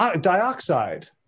dioxide